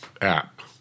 app